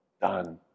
done